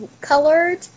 colored